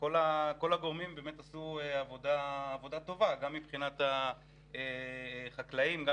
כל הגורמים עשו עבודה טובה גם מבחינת החקלאים וגם